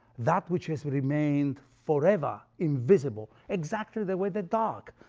that which has remained forever invisible, exactly the way the dark